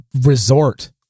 resort